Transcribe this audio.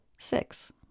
six